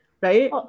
Right